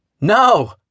No